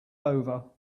over